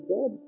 God